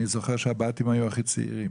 אני זוכר את בת ים כעיר עם הכי הרבה צעירים.